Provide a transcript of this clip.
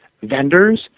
vendors